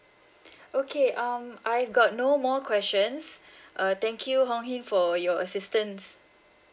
okay um I've got no more questions uh thank you hong hin for your assistance